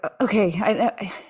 Okay